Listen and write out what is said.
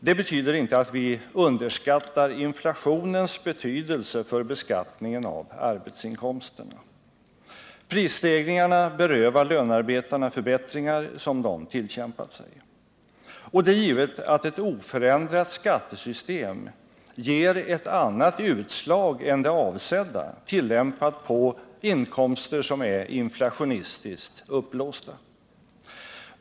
Det betyder inte att vi underskattar inflationens betydelse för beskattningen av arbetsinkomsterna. Prisstegringarna berövar lönarbetarna förbättringar som de tillkämpat sig. Och det är givet att ett oförändrat skattesystem ger ett annat utslag än det avsedda, tillämpat på inkomster som är inflationistiskt uppblåsta.